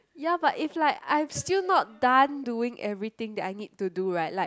ya but it's like I've still not done doing everything that I need to do right like